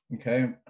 okay